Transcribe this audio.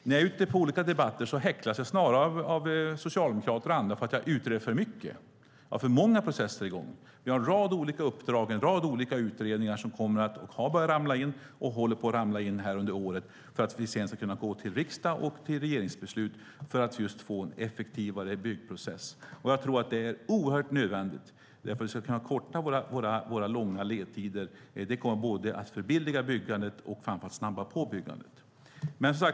När jag är ute på olika debatter häcklas jag snarare av socialdemokrater och andra för att jag utreder för mycket, har för många processer på gång. Vi har en rad olika uppdrag och en rad olika utredningar som har börjat ramla in och håller på att ramla in under året, för att vi sedan ska kunna komma till riksdagen och till regeringsbeslut för att just få en effektivare byggprocess. Jag tror att det är oerhört nödvändigt. Att kunna korta våra långa ledtider kommer att förbilliga byggandet och framför allt att snabba på byggandet.